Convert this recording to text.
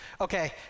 Okay